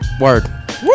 Word